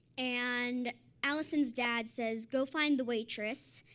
and alison's dad says, go find the waitress.